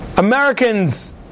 Americans